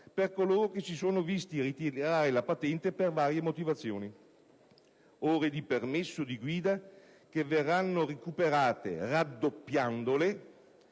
per coloro che si sono visti ritirare la patente per varie motivazioni. Si tratta di ore di permesso di guida che verranno recuperate raddoppiandole